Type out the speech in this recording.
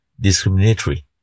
discriminatory